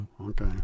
Okay